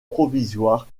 provisoires